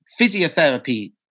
physiotherapy